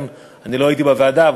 אני לא הייתי בוועדה,